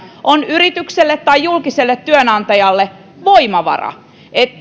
on yritykselle tai julkiselle työnantajalle voimavara